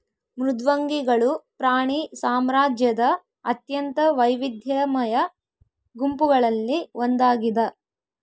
ಮೃದ್ವಂಗಿಗಳು ಪ್ರಾಣಿ ಸಾಮ್ರಾಜ್ಯದ ಅತ್ಯಂತ ವೈವಿಧ್ಯಮಯ ಗುಂಪುಗಳಲ್ಲಿ ಒಂದಾಗಿದ